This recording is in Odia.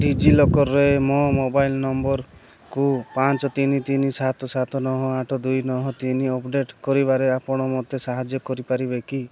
ଡି ଜି ଲକର୍ରେ ମୋ ମୋବାଇଲ ନମ୍ବରକୁ ପାଞ୍ଚ ତିନି ତିନି ସାତ ସାତ ନଅ ଆଠ ଦୁଇ ନଅ ତିନି ଅପଡ଼େଟ୍ କରିବାରେ ଆପଣ ମୋତେ ସାହାଯ୍ୟ କରିପାରିବେ କି